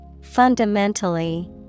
Fundamentally